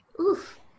Oof